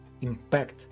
impact